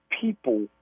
people